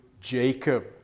Jacob